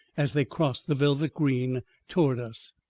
as they crossed the velvet green toward us.